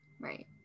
Right